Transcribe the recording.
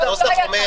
הנוסח אומר משהו אחר.